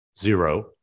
zero